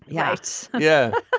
yes. yeah.